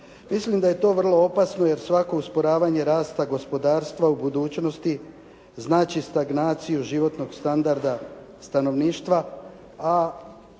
Mislim da je to vrlo opasno jer svako usporavanje rasta gospodarstva u budućnosti znači stagnaciju životnog standarda stanovništva